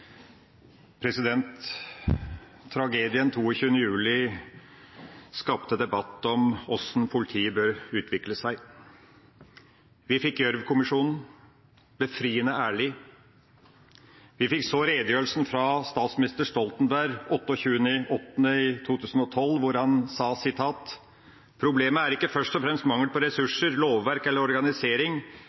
Tragedien 22. juli skapte debatt om hvordan politiet bør utvikle seg. Vi fikk Gjørv-kommisjonen – befriende ærlig. Vi fikk så redegjørelsen fra statsminister Stoltenberg 28. august 2012, der han sa: «Problemet er ikke først og fremst mangel på ressurser, lovverk eller organisering,